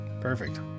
perfect